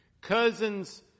Cousins